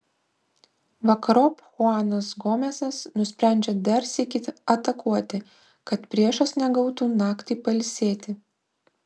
vakarop chuanas gomesas nusprendžia dar sykį atakuoti kad priešas negautų naktį pailsėti